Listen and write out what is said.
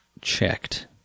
checked